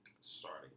starting